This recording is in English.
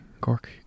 Cork